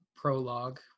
prologue